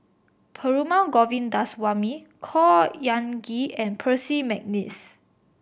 Perumal Govindaswamy Khor Ean Ghee and Percy McNeice